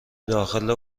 داخل